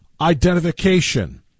identification